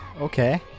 Okay